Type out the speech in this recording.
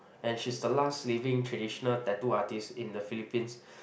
and she is the last living traditional tattoo artist in the Philippines